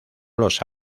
los